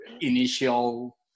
initial